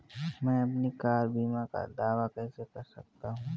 मैं अपनी कार बीमा का दावा कैसे कर सकता हूं?